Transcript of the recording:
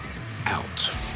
out